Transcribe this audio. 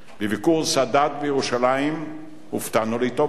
בביקור סאדאת בירושלים הופתענו לטובה.